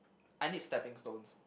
I need stepping stones